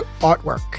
artwork